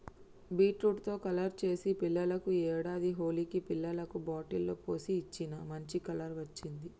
beetroot తో colour చేసి పిల్లలకు ఈ ఏడాది హోలికి పిల్లలకు బాటిల్ లో పోసి ఇచ్చిన, మంచి కలర్ వచ్చింది